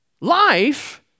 Life